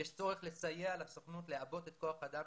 יש צורך לסייע לסוכנות לעבות את כוח האדם